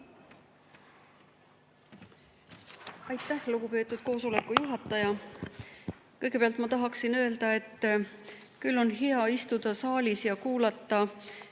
Aitäh, lugupeetud koosoleku juhataja! Kõigepealt ma tahaksin öelda, et küll on hea istuda saalis ja kuulata